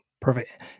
Perfect